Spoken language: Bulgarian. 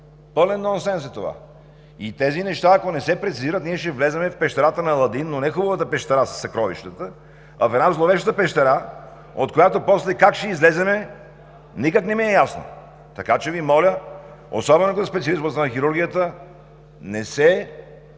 Пълен нонсенс е това! И тези неща, ако не се прецизират, ние ще влезем в пещерата на Аладин, но не в хубавата – със съкровищата, а в една зловеща пещера, от която после как ще излезем никак не ми е ясно! Така че Ви моля, особено като специалист в областта на хирургията, да не се